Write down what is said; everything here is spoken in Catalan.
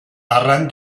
arran